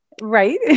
Right